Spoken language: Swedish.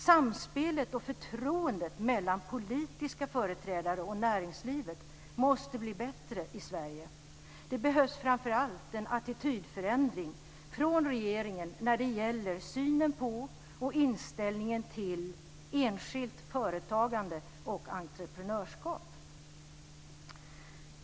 Samspelet och förtroendet mellan politiska företrädare och näringsliv måste bli bättre i Sverige. Det behövs framför allt en attitydförändring från regeringen när det gäller synen på och inställningen till enskilt förtagande och entreprenörskap.